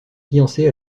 fiancé